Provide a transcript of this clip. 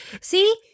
See